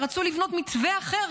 רצו לבנות מתווה אחר,